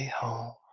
home